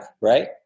right